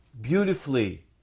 beautifully